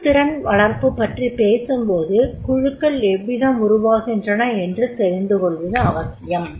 குழுத்திறன் வளர்ப்பு பற்றிப் பேசும்போது குழுக்கள் எவ்விதம் உருவாகின்றன என்று தெரிந்துகொள்வது அவசியம்